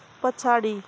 पछाडि